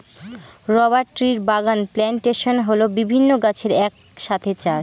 rubber ট্রির বাগান plantation হল বিভিন্ন গাছের এক সাথে চাষ